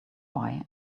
why